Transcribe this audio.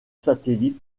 satellite